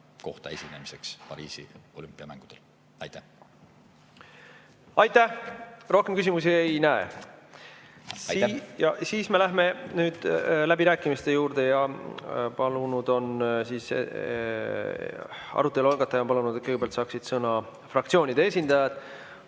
kohta esinemiseks Pariisi olümpiamängudel. Aitäh! Rohkem küsimusi ei näe. Me läheme nüüd läbirääkimiste juurde. Arutelu algataja on palunud, et kõigepealt saaksid sõna fraktsioonide esindajad.